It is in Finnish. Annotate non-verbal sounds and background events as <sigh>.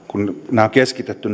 kun nämä asiat on keskitetty <unintelligible>